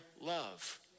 love